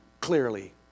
clearly